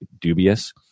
dubious